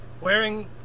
wearing